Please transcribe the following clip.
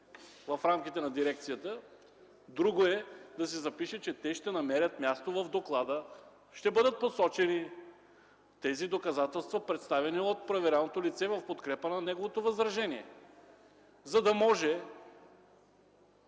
в рамките на дирекцията, друго е да се запише, че те ще намерят място в доклада, че ще бъдат посочени доказателствата, представени от проверяваното лице в подкрепа на неговото възражение, за да може